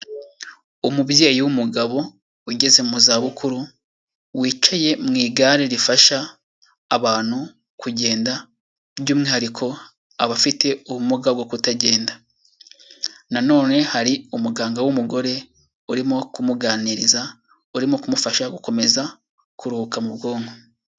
Umubyeyi w'umugabo ugeze mu zabukuru, wicaye mu igare rifasha abantu kugenda by'umwihariko abafite ubumuga bwo kutagenda, na none hari umuganga w'umugore urimo kumuganiriza, urimo kumufasha gukomeza kuruhuka mu bwonko.